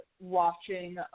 watching